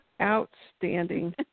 Outstanding